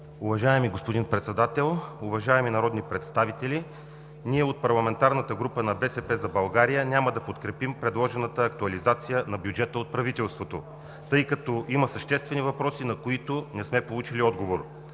Уважаеми господин Председател, уважаеми народни представители! Ние от парламентарната група на „БСП за България“ няма да подкрепим предложената актуализация на бюджета от правителството, тъй като има съществени въпроси, на които не сме получили отговор.